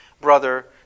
brother